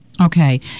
Okay